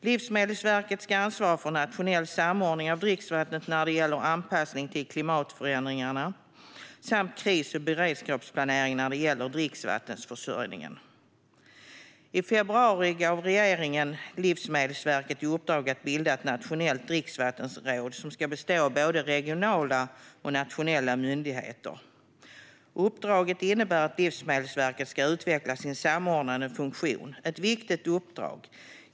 Livsmedelsverket ska ansvara för nationell samordning av dricksvattnet när det gäller anpassning till klimatförändringarna samt kris och beredskapsplanering när det gäller dricksvattenförsörjningen. I februari gav regeringen Livsmedelsverket i uppdrag att bilda ett nationellt dricksvattenråd som ska bestå av både regionala och nationella myndigheter. Uppdraget innebär att Livsmedelsverket ska utveckla sin samordnande funktion. Det är ett viktigt uppdrag.